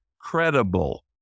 credible